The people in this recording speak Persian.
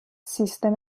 سیستم